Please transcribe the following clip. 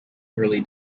early